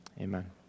Amen